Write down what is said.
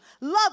Love